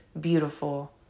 beautiful